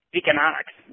economics